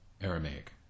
Aramaic